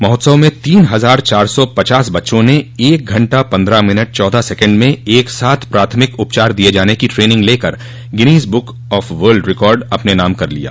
महोत्सव में तीन हजार चार सौ पचास बच्चों ने एक घंटा पन्द्रह मिनट चादह सेकेण्ड में एक साथ प्राथमिक उपचार दिये जाने की ट्रेनिंग लेकर Guinness Book of World Record अपने नाम कर लिया